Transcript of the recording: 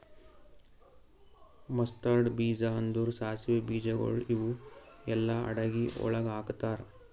mustard ಬೀಜ ಅಂದುರ್ ಸಾಸಿವೆ ಬೀಜಗೊಳ್ ಇವು ಎಲ್ಲಾ ಅಡಗಿ ಒಳಗ್ ಹಾಕತಾರ್